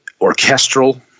Orchestral